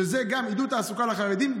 שזה גם עידוד תעסוקה לחרדים,